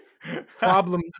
Problem